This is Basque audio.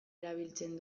erabiltzen